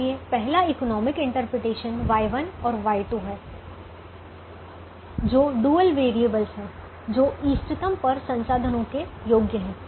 इसलिए पहला economic interpretation Y1 और Y2 है जो डुअल वैरिएबलस हैं जो इष्टतम पर संसाधनों के योग्य हैं